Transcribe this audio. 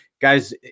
Guys